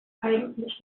eigentlich